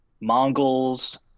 Mongols